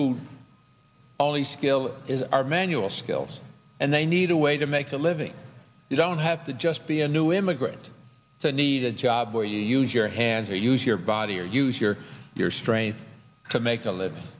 who only skill is our manual skills and they need a way to make a living you don't have to just be a new immigrant to need a job where you use your hands or use your body or use your your strength to make a living